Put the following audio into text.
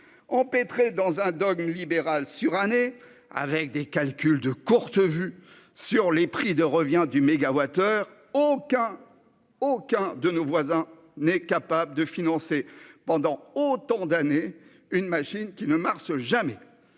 Empêtrée dans un dogme libéral suranné, nourrie de calculs à courte vue sur les prix de revient du mégawattheure, la totalité de nos voisins n'est pas capable de financer pendant autant d'années une machine qui ne fonctionne jamais.